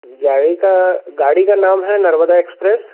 गाड़ी का गाड़ी का नाम है नर्मदा एक्स्प्रेस